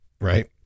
right